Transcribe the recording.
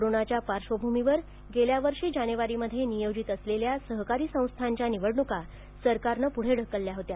कोरोनाच्या प्रादुर्भावामुळे गेल्या वर्षी जानेवारीमध्ये नियोजित असलेल्या सहकारी संस्थांच्या निवडण्का सरकारनं पुढे ढकलल्या होत्या